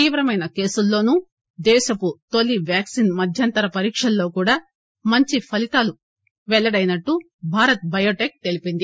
తీవ్రమైన కేసుల్లోనూ దేశపు తొలీ వ్యాక్సిన్ మధ్యంతర పరీక్షల్లో కూడా మంచి ఫలీతాలు పెల్లడైనట్లు భారత్ బయోటెక్ తెలీపింది